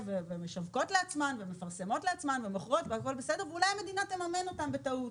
ומשווקות לעצמם ומפרסמות לעצמן ומוכרות ואולי המדינה תממן אותם בטעות.